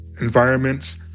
environments